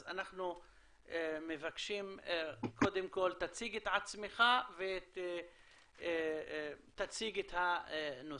אז אנחנו מבקשים קודם כל שתציג את עצמך ותציג את הנושא.